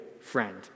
friend